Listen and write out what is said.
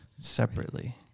separately